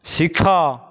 ଶିଖ